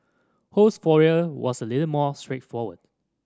Ho's foray was a little more straightforward